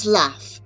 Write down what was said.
laugh